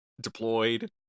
deployed